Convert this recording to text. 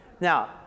Now